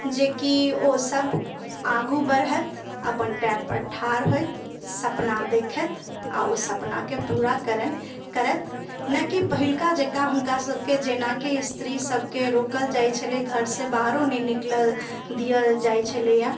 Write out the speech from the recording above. जेकि ओ सब आगू बढ़ैथ अपन पएर पर ठाड़ होइथ सपना देखैथ आ ओ सपना के पूरा करैथ ताकि पहिलुका जेकाॅं हुनका सबके जेना कि स्त्री सब के रोकल जाइ छलै घर से बाहरो नहि निकलऽ देल जाइ छलैया